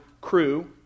Crew